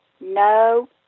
no